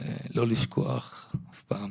לא לשכוח אף פעם